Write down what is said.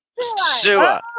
sewer